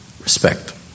respect